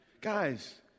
Guys